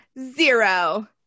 zero